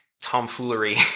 tomfoolery